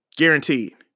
Guaranteed